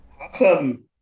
Awesome